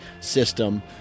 system